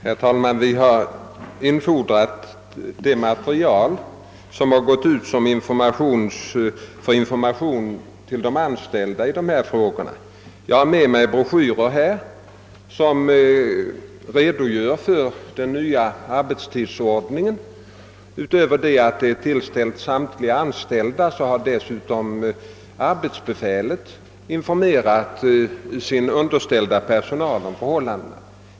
Herr talman! Vi har inom departementet infordrat det material, som gått ut för information till de anställda i dessa frågor, och jag har i min hand broschyrer som redogör för den nya arbetstidsordningen. Utöver det att dessa tillställts samtliga anställda har dessutom arbetsbefälet informerat sin underställda personal om förhållandena.